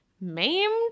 maimed